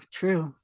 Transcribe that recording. true